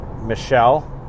Michelle